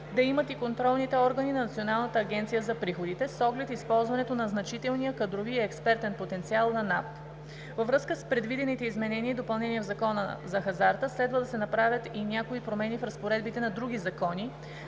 да имат и контролните органи на Националната агенция за приходите с оглед използването на значителния кадрови и експертен потенциал на НАП. Във връзка с предвидените изменения и допълнения в Закона за хазарта следва да се направят и някои промени в разпоредбите на други закони,